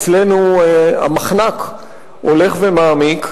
אצלנו המחנק הולך ומעמיק,